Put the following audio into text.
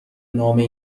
نامه